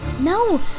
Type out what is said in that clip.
No